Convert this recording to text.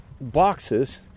boxes